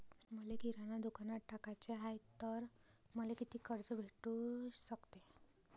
मले किराणा दुकानात टाकाचे हाय तर मले कितीक कर्ज भेटू सकते?